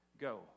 go